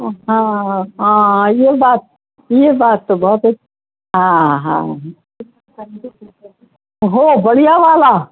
ہاں ہاں یہ بات یہ بات تو بہت ہاں ہاں ہو بڑھیا والا